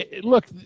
Look